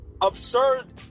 absurd